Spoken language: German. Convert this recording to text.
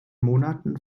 monaten